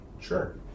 Sure